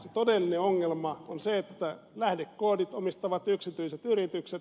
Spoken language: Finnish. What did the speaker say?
se todellinen ongelma on se että lähdekoodit omistavat yksityiset yritykset